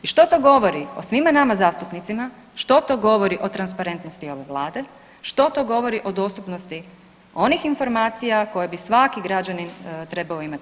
I što to govori o svima nama zastupnicima, što to govori o transparentnosti ove vlade, što to govori o dostupnosti onih informacija koje bi svaki građanin trebao imati.